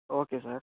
okay sir